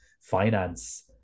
finance